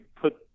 put